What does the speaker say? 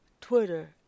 Twitter